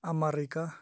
America